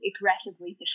aggressively